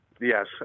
Yes